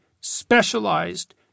specialized